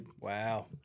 Wow